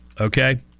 okay